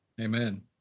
Amen